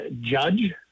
judge